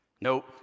Nope